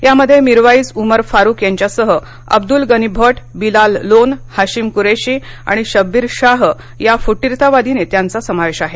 यामध्ये मीरवाईज उमर फारुक यांच्यासह अब्दुल गनी भट बिलाल लोन हाशीम कुरेशी आणि शब्बीर शाह या फुटीरतावादी नेत्यांचा समावेश आहे